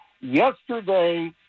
Yesterday